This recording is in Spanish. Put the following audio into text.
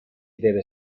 debe